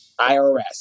IRS